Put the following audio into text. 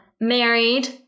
married